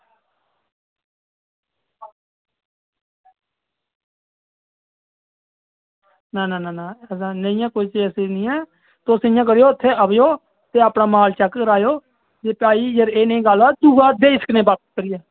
ना ना ना नेईं ऐ कोई केस ते नेईं ऐ तुस इ'यां करेओ उत्थे आवेओ ते अपना माल चेक कराएओ ते भाई जे एह् नेही गल्ल ऐ दूआ देई सकनें बापस करियै